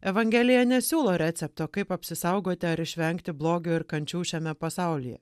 evangelija nesiūlo recepto kaip apsisaugoti ar išvengti blogio ir kančių šiame pasaulyje